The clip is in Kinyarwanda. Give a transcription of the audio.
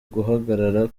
guhagarara